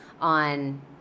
on